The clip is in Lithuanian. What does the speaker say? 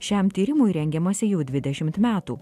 šiam tyrimui rengiamasi jau dvidešimt metų